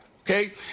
Okay